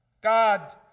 God